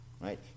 right